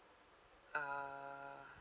err